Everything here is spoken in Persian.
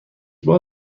بار